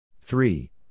Three